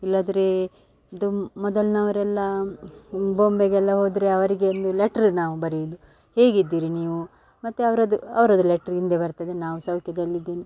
ಇಲ್ಲಾಂದ್ರೆ ದುಂ ಮೊದಲಿನವ್ರೆಲ್ಲ ಬೊಂಬೆಗೆಲ್ಲ ಹೋದ್ರೆ ಅವರಿಗೆ ಒಂದು ಲೆಟ್ರ್ ನಾವು ಬರಿಯುವುದು ಹೇಗಿದ್ದೀರಿ ನೀವು ಮತ್ತು ಅವರದ್ದು ಅವರದ್ದು ಲೆಟ್ರ್ ಹಿಂದೆ ಬರ್ತದೆ ನಾವು ಸೌಖ್ಯದಲ್ಲಿದ್ದೇನೆ